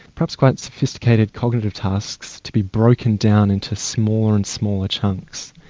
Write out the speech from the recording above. perhaps quite sophisticated cognitive tasks to be broken down into smaller and smaller chunks.